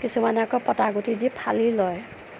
কিছুমানে আকৌ পটাগুটি দি ফালি লয়